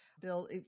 Bill